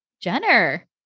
Jenner